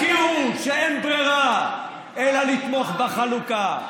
הכירו בכך שאין ברירה אלא לתמוך בחלוקה.